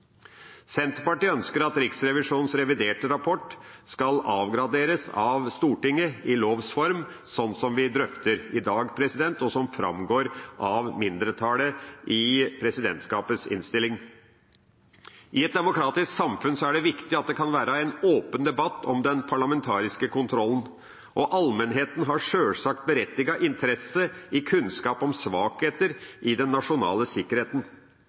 Senterpartiet ønsker at Riksrevisjonens reviderte rapport skal avgraderes av Stortinget i lovs form, slik som vi drøfter i dag, og slik det framgår av forslaget fra mindretallet i presidentskapets innstilling. I et demokratisk samfunn er det viktig at det kan være en åpen debatt om den parlamentariske kontrollen, og allmennheten har sjølsagt berettiget interesse i kunnskap om svakheter i den nasjonale sikkerheten.